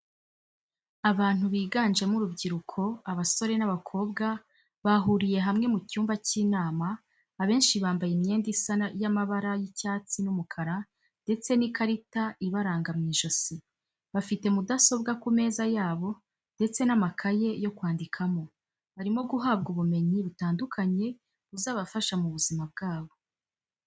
Abantu biganjemo urubyiruko abasore n'abakobwa bahuriye hamwe mu cyumba cy'inama abenshi bambaye imyenda isa y'amabara y'icyatsi n'umukara ndetse n'ikarita ibaranga mu ijosi, bafite mudasobwa ku meza yabo ndetse n'amakaye yo kwandikamo, barimo guhabwa ubumenyi butandukanye buzabafasha mu buzima bwabo.